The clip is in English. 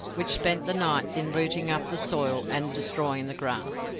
which spent the nights in rooting up the soil and destroying the grass.